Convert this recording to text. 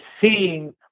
seeing